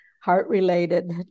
heart-related